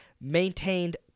maintained